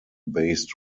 based